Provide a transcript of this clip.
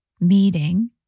meeting